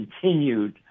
continued